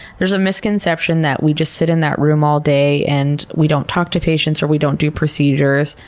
there's a misconception that we just sit in that room all day and we don't talk to patients or we don't do procedures,